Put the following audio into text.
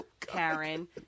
Karen